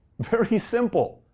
very simple.